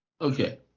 Okay